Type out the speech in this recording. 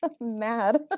mad